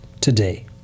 today